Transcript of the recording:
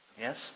Yes